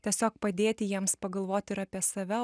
tiesiog padėti jiems pagalvoti ir apie save